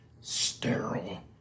sterile